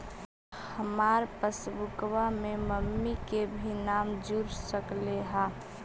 हमार पासबुकवा में मम्मी के भी नाम जुर सकलेहा?